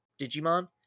Digimon